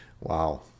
Wow